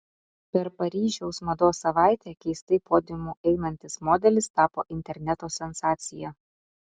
per paryžiaus mados savaitę keistai podiumu einantis modelis tapo interneto sensacija